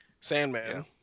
Sandman